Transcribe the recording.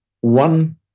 one